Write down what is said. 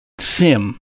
Sim